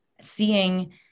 seeing